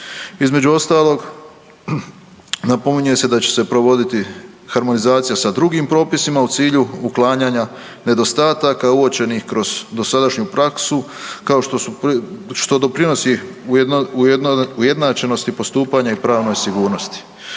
Između ostalog napominje se da će se provoditi harmonizacija sa drugim propisima u cilju uklanjanja nedostataka uočenih kroz dosadašnju prasku što doprinosi ujednačenosti postupanja i pravnoj sigurnosti.